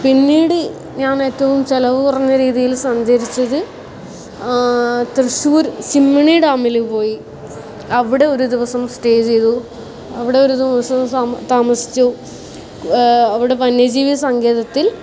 പിന്നീട് ഞാൻ ഏറ്റവും ചിലവ് കുറഞ്ഞ രീതിയിൽ സഞ്ചരിച്ചത് തൃശ്ശൂർ സിമ്മിണി ഡാമിൽ പോയി അവിടെ ഒരു ദിവസം സ്റ്റേ ചെയ്തു അവിടെ ഒരു ദിവസം താമസിച്ചു അവിടെ വന്യ ജീവി സങ്കേതത്തിൽ